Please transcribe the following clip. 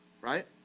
right